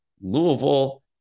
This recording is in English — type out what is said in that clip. Louisville